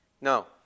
No